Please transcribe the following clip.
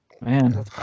Man